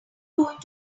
going